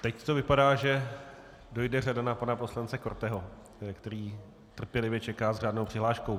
Teď to vypadá, že dojde řada na pana poslance Korteho, který trpělivě čeká s řádnou přihláškou.